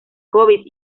hobbies